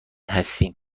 هستیم